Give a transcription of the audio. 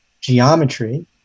Geometry